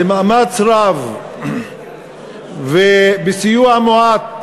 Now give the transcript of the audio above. במאמץ רב ובסיוע מועט